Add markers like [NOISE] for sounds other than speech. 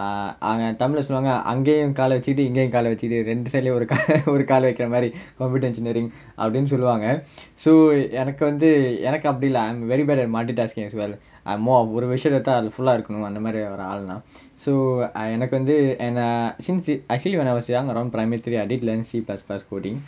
uh அவங்க:avanga tamil lah சொல்லுவாங்க அங்கயும் கால வச்சிகிட்டு இங்கயும் கால வச்சுகிட்டு ரெண்டு:solluvaanga angayum kaala vachikittu ingayum kaala vachukittu rendu side leh [LAUGHS] ஒரு கால வைக்குற மாறி:oru kaala vaikkura maari computer engineering அப்படின்னு சொல்லுவாங்க:appdinnu solluvaanga so எனக்கு வந்து எனக்கு அப்படில்லா:enakku vanthu enakku appadillaa so I'm very bad at multitasking as well and more ஒரு விஷயத்த தான் அது:oru vishayatha thaan athu full ah இருக்கனும் அந்த மாறி ஒரு ஆள் நா:irukkanum antha maari oru aal naa so I எனக்கு வந்து என்னா:enakku vanthu ennaa since when I was young around primary three I did learn C plus plus coding